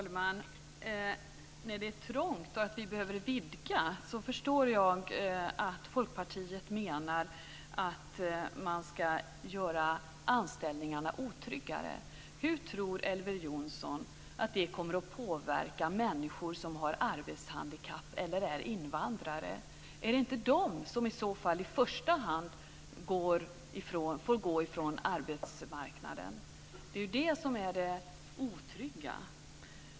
Fru talman! När det är trångt och vi behöver vidga förstår jag att Folkpartiet menar att man ska göra anställningarna otryggare. Hur tror Elver Jonsson att det kommer att påverka människor som har arbetshandikapp eller är invandrare? Är det inte de som i så fall i första hand får gå ifrån arbetsmarknaden? Det är det som är det otrygga.